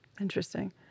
Interesting